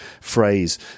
phrase